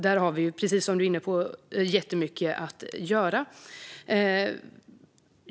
Där har vi, precis som du säger, mycket att göra.